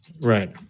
Right